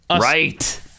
right